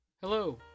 Hello